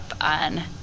on